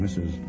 Mrs